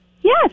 Yes